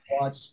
watch